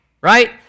right